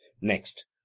next